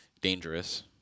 dangerous